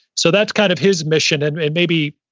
so that's kind of his mission and and maybe,